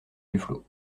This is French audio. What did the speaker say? duflot